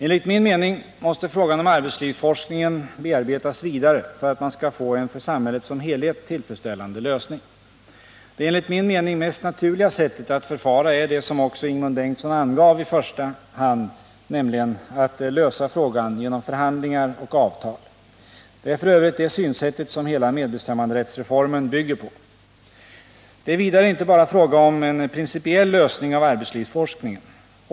Enligt min mening måste frågan om arbetslivsforskningen bearbetas vidare för att man skall få en för samhället som helhet tillfredsställande lösning. Det enligt min mening mest naturliga sättet att förfara är det som också Ingemund Bengtsson angav i första hand, nämligen att lösa frågan genom förhandlingar och avtal. Det är f. ö. det synsättet som hela medbestämmanderättsreformen bygger på. Det är vidare inte bara fråga om en principiell lösning av frågan om arbetslivsforskningen.